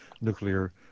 nuclear